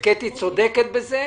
וקטי צודקת בזה.